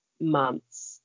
months